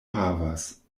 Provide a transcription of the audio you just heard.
havas